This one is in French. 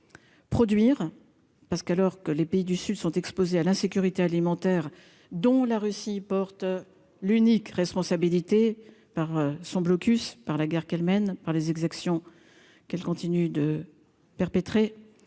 produire parce qu'alors que les pays du Sud sont exposés à l'insécurité alimentaire, dont la Russie porte l'unique responsabilité par son blocus par la guerre qu'elle mène par les exactions qu'elles continuent de perpétrer